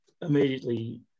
immediately